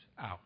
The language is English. out